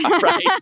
right